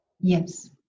Yes